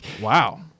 Wow